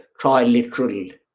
triliteral